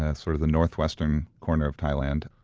ah sort of the northwestern corner of thailand,